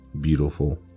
beautiful